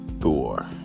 Thor